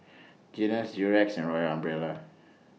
Guinness Durex and Royal Umbrella